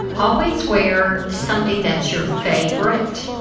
always wear something that's your favorite.